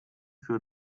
für